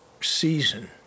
season